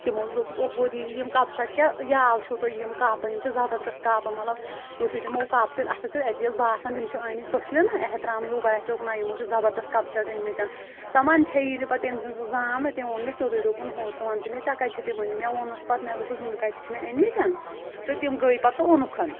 تمو دوٚپُکھ اوہو دیٖدی یِم کپ سیٚٹ کیاہ یاوٕ چھُو تۄہہِ یِم کپ أنۍ یِم چھِ زبردست کپ مطلب یتھُے تِمو کپ تُلۍ اتھس کیٚتھ اتے اوس باسان تِم چھِ أمٕتۍ پژھلہِ نہ احترام ہیٚو باسیوکھ نہ یِمو چھُ زبردست کپ سیٚٹ أنۍ مٕتٮ۪ن سۄ منٚدچھے یہِ نہٕ پتہٕ تٔمۍ سٕنٛز سۄ زام تٔمۍ ووٚن مےٚ سیٚودُے دوٚپُن ہُہ ژٕ ون تہٕ مےٚ ژےٚ کتہِ چھِتھ یِم أنۍ مےٚ ووٚنُس پتہٕ مےٚ دوٚپُس یِم کتہِ چھِ مےٚ أنۍ مٕتٮ۪ن تہٕ تِم گٔیے پتہٕ تہٕ اوٚنکھن